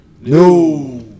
No